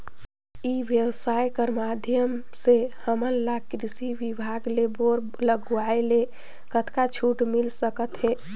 ई व्यवसाय कर माध्यम से हमन ला कृषि विभाग ले बोर लगवाए ले कतका छूट मिल सकत हे?